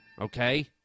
Okay